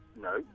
No